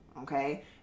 Okay